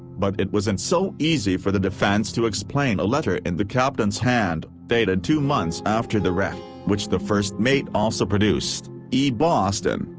but it wasn't so easy for the defense to explain a letter in the captain's hand, dated two months after the wreck, which the first mate also produced e. boston,